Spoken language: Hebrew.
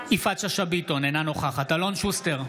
יפעת שאשא ביטון, אינה נוכחת אלון שוסטר,